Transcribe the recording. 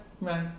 Right